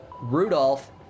Rudolph